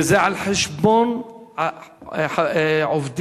וזה על חשבון עובדים